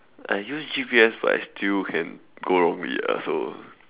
I use G_P_S but I still can go wrongly ah so